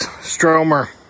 Stromer